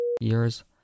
years